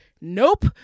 nope